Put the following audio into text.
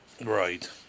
right